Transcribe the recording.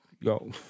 Yo